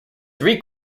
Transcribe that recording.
three